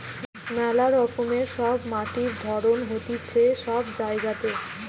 মেলা রকমের সব মাটির ধরণ হতিছে সব জায়গাতে